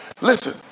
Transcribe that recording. Listen